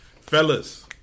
Fellas